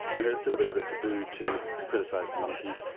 and it was still a bit of a taboo to to criticise the monarchy,